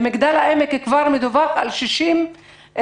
במגדל העמק מדווח כבר על 60 מקרים,